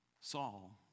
Saul